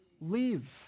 live